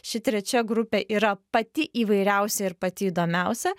ši trečia grupė yra pati įvairiausia ir pati įdomiausia